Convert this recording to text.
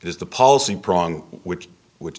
is the policy prong which which